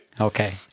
Okay